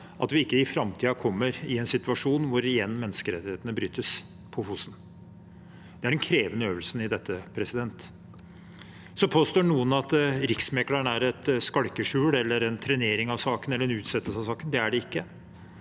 at vi ikke i framtiden kommer i en situasjon hvor menneskerettighetene igjen brytes på Fosen. Det er den krevende øvelsen i dette. Så påstår noen at Riksmekleren er et skalkeskjul eller en trenering eller utsettelse av saken. Det er det ikke.